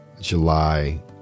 July